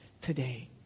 today